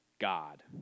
God